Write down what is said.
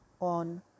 on